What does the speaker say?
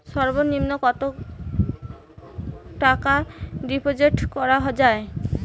সর্ব নিম্ন কতটাকা ডিপোজিট করা য়ায়?